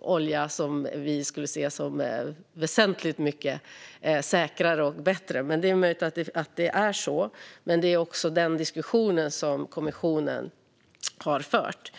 olja som vi ser som väsentligt mycket säkrare och bättre. Det är möjligt att det är så, men det är den diskussionen som kommissionen har fört.